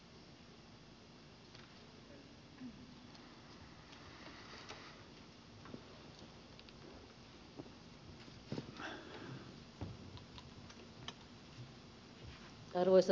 arvoisa puhemies